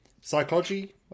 psychology